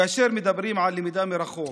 כאשר מדברים על למידה מרחוק,